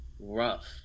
rough